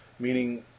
meaning